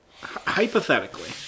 hypothetically